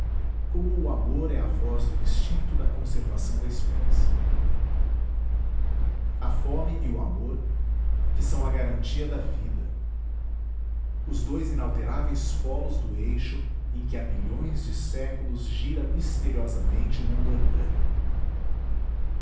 como o amor é a voz do instinto da conservação da espécie a fome e o amor que são a garantia da vida os dois inalteráveis pólos do eixo em que há milhões de séculos gira misteriosamente o mundo orgânico